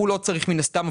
מן הסתם,